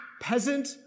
peasant